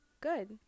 Good